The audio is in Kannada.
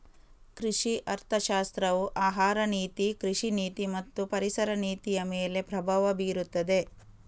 ಕೃಷಿ ಅರ್ಥಶಾಸ್ತ್ರವು ಆಹಾರ ನೀತಿ, ಕೃಷಿ ನೀತಿ ಮತ್ತು ಪರಿಸರ ನೀತಿಯಮೇಲೆ ಪ್ರಭಾವ ಬೀರುತ್ತದೆ